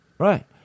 Right